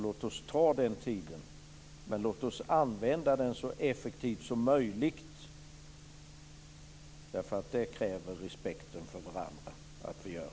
Låt oss ta den tiden, men låt oss använda den så effektivt som möjligt. Det kräver respekten för varandra att vi gör.